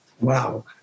Wow